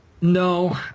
No